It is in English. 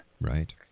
Right